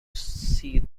see